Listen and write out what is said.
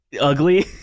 ugly